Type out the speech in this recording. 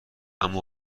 اما